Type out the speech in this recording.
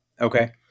Okay